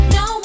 no